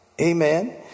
amen